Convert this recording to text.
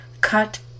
cut